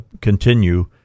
continue